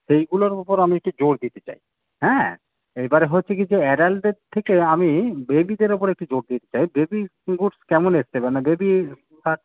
সেইগুলোর ওপর আমি একটু জোর দিয়ে চাই হ্যাঁ এইবার হচ্চে কী যে অ্যাডাল্টদের থেকে আমি বেবিদের ওপরে একটু জোর দিতে চাই বেবি গুডস কেমন এসছে মানে বেবি হ্যাঁ